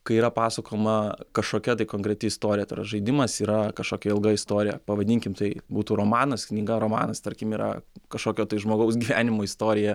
kai yra pasakojama kažkokia tai konkreti istorija tai yra žaidimas yra kažkokia ilga istorija pavadinkim tai būtų romanas knyga romanas tarkim yra kažkokio tai žmogaus gyvenimo istorija